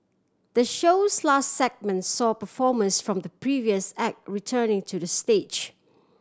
the show's last segment saw performers from the previous act returning to the stage